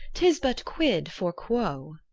tis but quid for quo